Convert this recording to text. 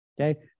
okay